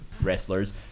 wrestlers